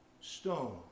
stone